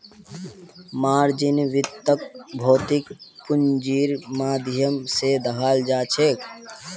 margin वित्तक भौतिक पूंजीर माध्यम स दखाल जाछेक